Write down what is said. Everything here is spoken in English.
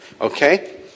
Okay